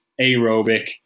aerobic